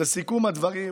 לסיכום הדברים,